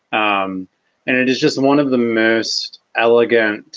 um and it is just one of the most elegant